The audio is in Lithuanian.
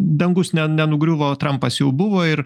dangus ne nenugriuvo trampas jau buvo ir